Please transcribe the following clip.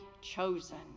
chosen